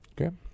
Okay